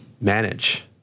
manage